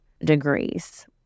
degrees